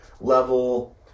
level